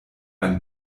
ein